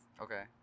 Okay